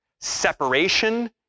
separation